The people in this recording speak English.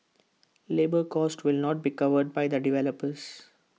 labour cost will not be covered by the developers